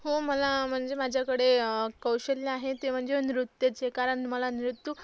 हो मला म्हणजे माझ्याकडे कौशल्य आहे ते म्हणजे नृत्याचे कारण मला नृत्य